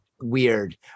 weird